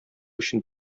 өчен